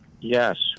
Yes